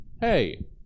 Hey